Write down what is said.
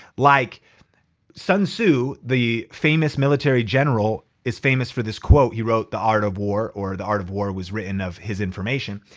like sun tzu, the famous military general is famous for this quote he wrote, the art of war or the art of war was written of his information.